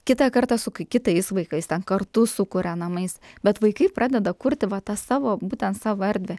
kitą kartą su kitais vaikais ten kartu sukuria namais bet vaikai pradeda kurti va tą savo būtent savo erdvę